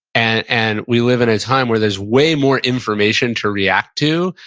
and and we live in a time where there's way more information to react to,